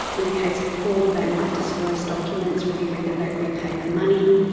in the case of fraud they might disclose documents revealing that they have repaid the money.